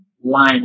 line